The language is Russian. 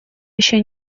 еще